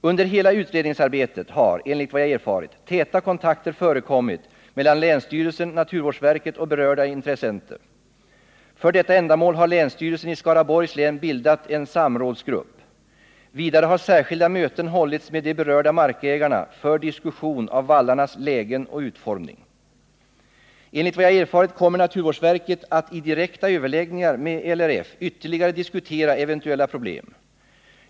Under hela utredningsarbetet har, enligt vad jag erfarit, täta kontakter förekommit mellan länsstyrelsen, naturvårdsverket och berörda intressenter. För detta ändamål har länsstyrelsen i Skaraborgs län bildat en samrådsgrupp. Vidare har särskilda möten hållits med de berörda markägarna för diskussion av vallarnas lägen och utformning. Enligt vad jag erfarit kommer naturvårdsverket att i direkta överläggningar med LRF ytterligare diskutera eventuella problem.